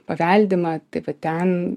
paveldimą tai va ten